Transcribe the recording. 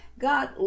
God